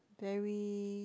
very